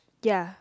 ya